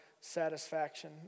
satisfaction